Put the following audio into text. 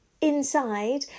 inside